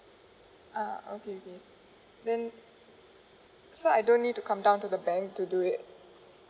ah okay okay then so I don't need to come down to the bank to do it